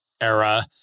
era